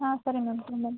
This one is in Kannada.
ಹಾಂ ಸರಿ ಮ್ಯಾಮ್ ತಗೊಂಡು ಬನ್ನಿ